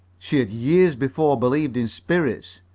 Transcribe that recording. she had years before believed in spirits,